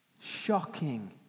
Shocking